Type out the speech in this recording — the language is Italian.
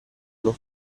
non